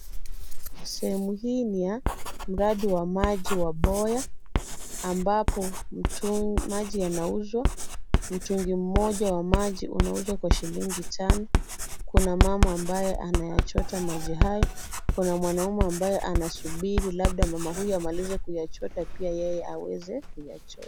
Sehemu hii ni ya mradi wa maji wa Boya ambapo maji yanauzwa mtungi mmoja wa maji unauzwa kwa shilingi tano kuna mama ambaye anayachota maji hayo, kuna mwanaume ambaye anasubiri labda mama huyo amalize kuyachota pia yeye aweze kuyachota.